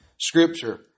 Scripture